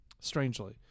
Strangely